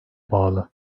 bağlı